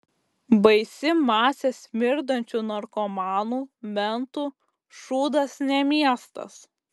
baisi masė smirdančių narkomanų mentų šūdas ne miestas